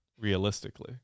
realistically